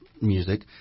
music